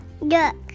Look